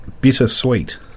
bittersweet